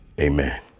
Amen